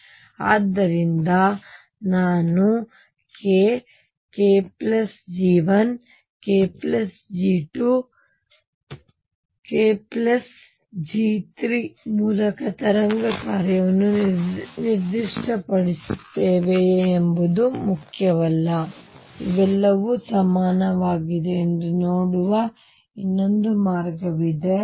ಮತ್ತು ಆದ್ದರಿಂದ ನಾನು k k G1 k G2 k G3 ಮೂಲಕ ತರಂಗದ ಕಾರ್ಯವನ್ನು ನಿರ್ದಿಷ್ಟಪಡಿಸುತ್ತೇವೆಯೇ ಎಂಬುದು ಮುಖ್ಯವಲ್ಲ ಇವೆಲ್ಲವೂ ಸಮನಾಗಿದೆ ಎಂದು ನೋಡುವ ಇನ್ನೊಂದು ಮಾರ್ಗವಾಗಿದೆ